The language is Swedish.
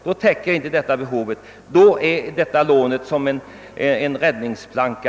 I den situationen är detta lån en räddningsplanka.